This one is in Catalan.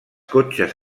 cotxes